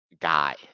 guy